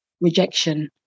rejection